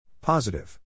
Positive